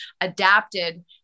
adapted